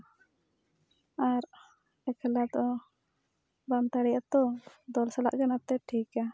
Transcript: ᱟᱨ ᱮᱠᱞᱟ ᱫᱚ ᱵᱟᱢ ᱫᱟᱲᱮᱭᱟᱜᱼᱟ ᱛᱚ ᱫᱚᱞ ᱥᱟᱞᱟᱜ ᱜᱮ ᱚᱱᱟᱛᱮ ᱴᱷᱤᱠᱟ